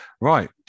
right